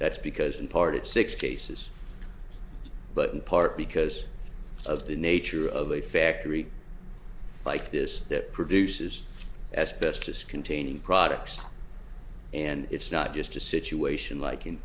that's because in part it's six cases but in part because of the nature of a factory like this that produces asbestos containing products and it's not just a situation like in